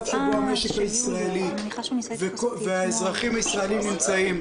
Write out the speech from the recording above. שבו המשק הישראלי והאזרחים הישראלים נמצאים,